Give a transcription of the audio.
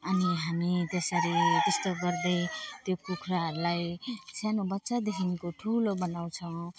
अनि हामी त्यसरी त्यस्तो गर्दै त्यो कुखुराहरूलाई सानो बच्चादेखिको ठुलो बनाउँछौँ